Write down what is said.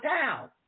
town